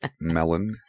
melon